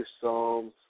psalms